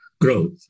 growth